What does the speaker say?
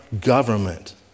government